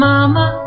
Mama